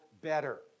better